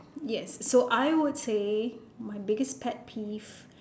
yes so I would say my biggest pet peeve